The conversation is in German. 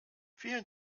vielen